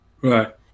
Right